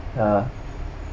ah